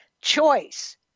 choice